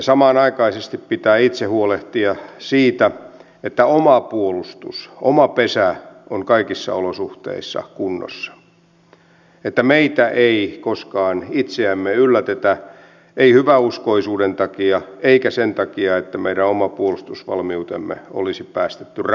samanaikaisesti pitää itse huolehtia siitä että oma puolustus oma pesä on kaikissa olosuhteissa kunnossa että meitä itseämme ei koskaan yllätetä ei hyväuskoisuuden takia eikä sen takia että meidän oma puolustusvalmiutemme olisi päästetty rapautumaan